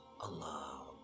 Allah